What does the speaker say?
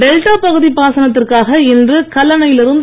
delta பகுதி பாசனத்திற்காக இன்று கல்லணையில் இருந்து